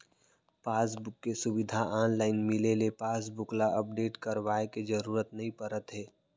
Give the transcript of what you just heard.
passbook के सुबिधा online मिले ले पासबुक ल अपडेट करवाए के जरूरत नइ परत हे